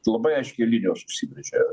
labai aiškiai linijos užsibrėžia